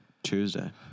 Tuesday